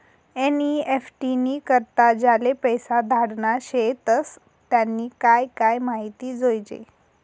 NEFT नी करता ज्याले पैसा धाडना शेतस त्यानी काय काय माहिती जोयजे